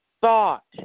thought